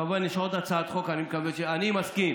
כמובן, יש עוד הצעת חוק, אני מקווה, אני מסכים.